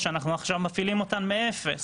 או שאנחנו עכשיו מפעילים אותן מאפס?